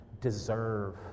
deserve